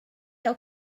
male